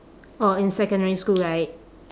oh in secondary school right